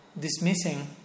dismissing